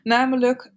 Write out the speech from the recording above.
Namelijk